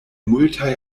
multaj